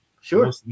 sure